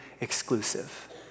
exclusive